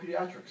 pediatrics